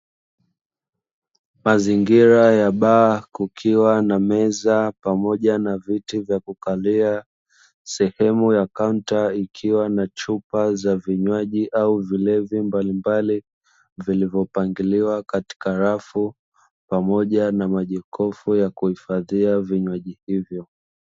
Mazingira ya baa kukiwa na meza pamoja na viti vya kukalia sehemu ya kaunta ikiwa na chupa za vinywaji au vilevi mbalimbali vilivyopangiliwa katika rafu pamoja na majokofu ya kuhifadhia vinywaji hivyo.